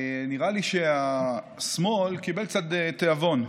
נראה לי שהשמאל קיבל קצת תיאבון,